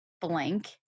blank